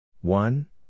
one